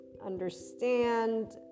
understand